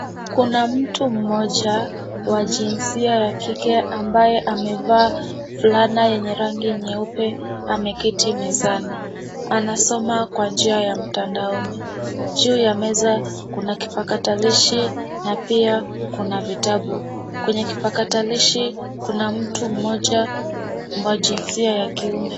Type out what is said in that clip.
Kuna mtu mmoja wa jinsia ya kike ambaye amevaa fulana yenye rangi nyeupe ameketi mezani. Anasoma kwa njia ya mtandaoni. Juu ya meza kuna kipatakalishi na pia kuna vitabu. Kwenye kipakatalishi kuna mtu mmoja wa jinsia ya kiume.